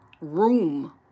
room